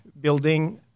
building